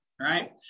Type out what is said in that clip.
right